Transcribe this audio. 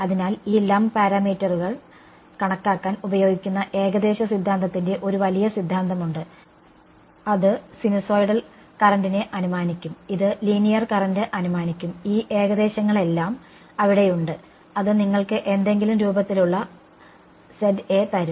അതിനാൽ ഈ ലംപ് പാരാമീറ്ററുകൾ കണക്കാക്കാൻ ഉപയോഗിക്കുന്ന ഏകദേശ സിദ്ധാന്തത്തിന്റെ ഒരു വലിയ സിദ്ധാന്തമുണ്ട് അത് സിനുസോയ്ഡൽ കറന്റിനെ അനുമാനിക്കും ഇത് ലീനിയർ കറന്റ് അനുമാനിക്കും ഈ ഏകദേശങ്ങളെല്ലാം അവിടെയുണ്ട് അത് നിങ്ങൾക്ക് എന്തെങ്കിലും രൂപത്തിലുള്ള തരും